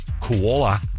koala